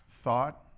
thought